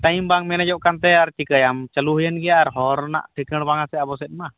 time ᱵᱟᱝ ᱢᱮᱱᱮᱡᱚᱜᱠᱟᱱᱛᱮ ᱟᱨ ᱪᱮᱠᱟᱭᱟᱢ ᱪᱟᱹᱞᱩ ᱦᱩᱭᱮᱱ ᱜᱮᱭᱟ ᱟᱨ ᱦᱚᱨ ᱨᱮᱱᱟᱜ ᱪᱤᱠᱟᱹᱬ ᱵᱟᱝᱟ ᱥᱮ ᱟᱵᱚᱥᱮᱫ ᱢᱟ